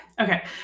Okay